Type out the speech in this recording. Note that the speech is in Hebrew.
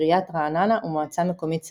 עיריית רעננה ומועצה מקומית סביון.